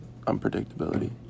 unpredictability